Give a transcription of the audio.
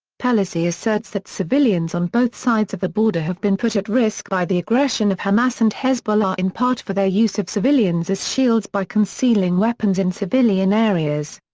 pelosi asserts that civilians on both sides of the border have been put at risk by the aggression of hamas and hezbollah in part for their use of civilians as shields by concealing weapons in civilian areas.